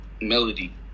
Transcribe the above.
Melody